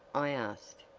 i asked.